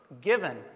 given